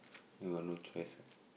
you got no choice what